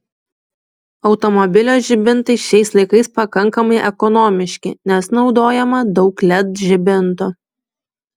automobilio žibintai šiais laikais pakankamai ekonomiški nes naudojama daug led žibintų